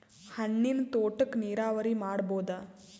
ಹಣ್ಣಿನ್ ತೋಟಕ್ಕ ನೀರಾವರಿ ಮಾಡಬೋದ?